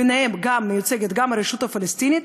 ובהן מיוצגת גם הרשות הפלסטינית,